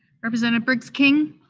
representative briggs king?